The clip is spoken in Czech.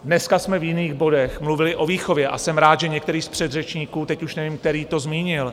Dneska jsme v jiných bodech mluvili o výchově a jsem rád, že některý z předřečníků, teď už nevím který, to zmínil.